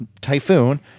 typhoon